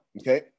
okay